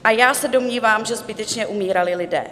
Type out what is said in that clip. A já se domnívám, že zbytečně umírali lidé.